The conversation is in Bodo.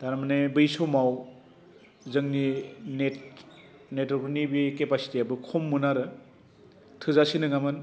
थारमानि बै समाव जोंनि नेट नेटवार्कनि बे केपासिटिआबो खममोन आरो थोजासे नङामोन